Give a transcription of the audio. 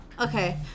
okay